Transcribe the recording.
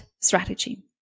strategy